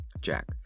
Jack